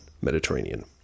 Mediterranean